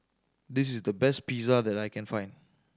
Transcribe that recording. this is the best Pizza that I can find